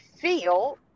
feel